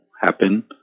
happen